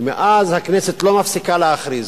ומאז הכנסת לא מפסיקה להכריז,